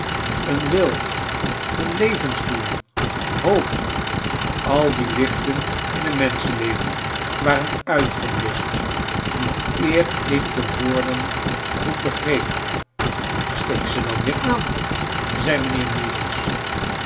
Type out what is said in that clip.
een wil een levensdoel hoop al die lichten in een menschenleven waren uitgebluscht nog eer ik de woorden goed begreep steek ze dan weer nan zei inijnheer